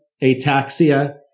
ataxia